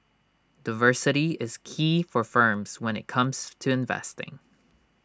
diversity is key for firms when IT comes to investing